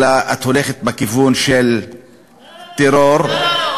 אלא את הולכת בכיוון של טרור, לא, לא, לא.